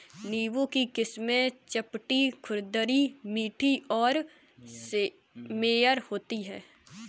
नींबू की किस्में चपटी, खुरदरी, मीठी और मेयर होती हैं